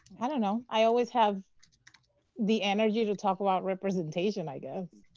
i don't know i always have the energy to talk about representation, i guess.